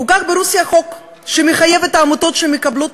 חוקק ברוסיה חוק שמחייב את העמותות שמקבלות